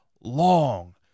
long